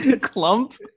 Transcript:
clump